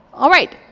all right.